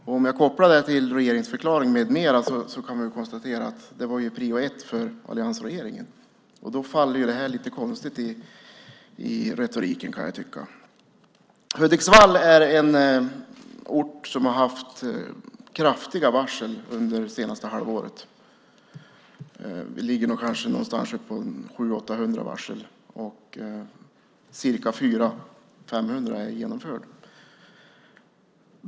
Kopplar jag det till regeringsförklaringen med mera konstaterar jag att det var prio ett för alliansregeringen. Då blir retoriken lite konstig. Hudiksvall är en ort som har haft många varsel under det senaste halvåret. Vi ligger nog på 700-800 varsel och ca 400-500 är genomförda.